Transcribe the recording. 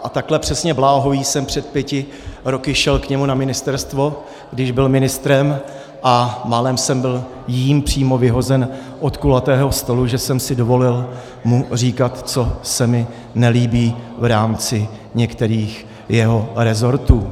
A takhle přesně bláhový jsem před pěti roky šel k němu na ministerstvo, když byl ministrem, a málem jsem byl jím přímo vyhozen od kulatého stolu, že jsem si dovolil mu říkat, co se mi nelíbí v rámci některých jeho resortů.